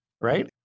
right